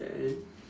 ya and